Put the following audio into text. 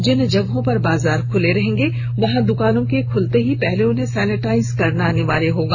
जिन जगहों पर बाजार खुले रहेंगे वहां दुकानों को खोलते ही पहले उन्हें सेनेटाइज करना अनिवार्य होगा